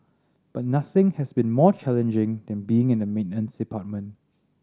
but nothing has been more challenging than being in the maintenance department